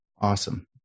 Awesome